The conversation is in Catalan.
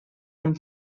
amb